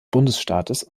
bundesstaates